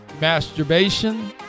masturbation